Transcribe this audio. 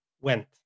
went